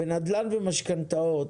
בנדל"ן ובמשכנתאות,